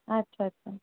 আচ্ছা আচ্ছা